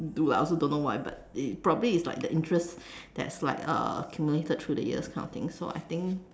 do lah I also don't know why but it probably it's like the interest that's like uh accumulated through the years kind of thing so I think